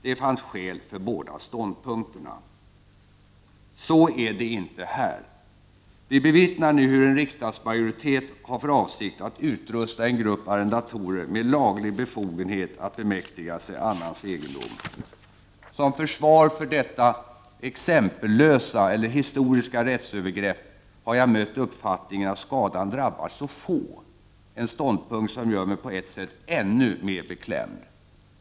Det fanns skäl för båda ståndpunkterna. Så är det inte här. Vi bevittnar nu hur en riksdagsmajoritet har för avsikt att utrusta en grupp arrendatorer med laglig befogenhet att bemäktiga sig annans egendom. Som försvar för detta exempellösa eller historiska rättsövergrepp har jag mött uppfattningen att skadan drabbar så få, en ståndpunkt som gör mig på ett sätt ännu mer beklämd.